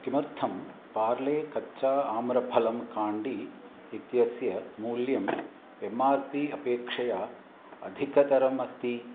किमर्थं पार्ले कच्छा आम्रफलम् काण्डी इत्यस्य मूल्यम् एम् आर् पी अपेक्षया अधिकतरम् अस्ति